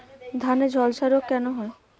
ধানে ঝলসা রোগ কেন হয়?